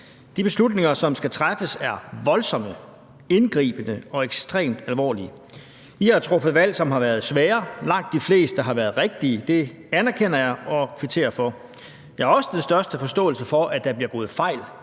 De beslutninger, som skal træffes, er voldsomme, indgribende og ekstremt alvorlige. I har truffet valg, som har været svære. Langt de fleste har været rigtige, det anerkender jeg og kvitterer for. Jeg har også den største forståelse for, at der bliver begået fejl.